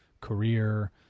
career